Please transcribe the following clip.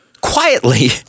quietly